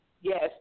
Yes